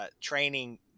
training